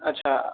अच्छा